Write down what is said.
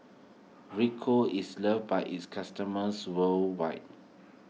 Rico is loved by its customers worldwide